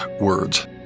words